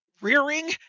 rearing